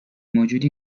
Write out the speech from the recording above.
موجودی